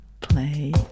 Play